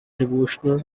devotional